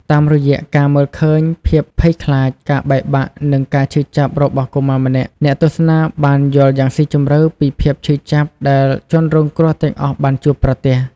តាមរយៈការមើលឃើញភាពភ័យខ្លាច ការបែកបាក់ និងការឈឺចាប់របស់កុមារម្នាក់ អ្នកទស្សនាបានយល់យ៉ាងស៊ីជម្រៅពីភាពឈឺចាប់ដែលជនរងគ្រោះទាំងអស់បានជួបប្រទះ។